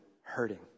hurting